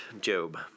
Job